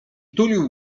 tulił